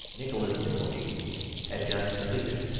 nicholas nickleby had just completed,